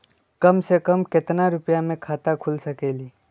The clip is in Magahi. कम से कम केतना रुपया में खाता खुल सकेली?